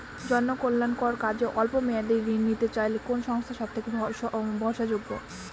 জনকল্যাণকর কাজে অল্প মেয়াদী ঋণ নিতে চাইলে কোন সংস্থা সবথেকে ভরসাযোগ্য?